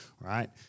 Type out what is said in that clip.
right